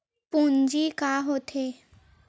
पूंजी का होथे?